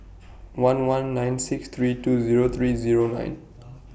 one one nine six three two Zero three Zero nine